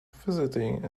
visiting